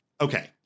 okay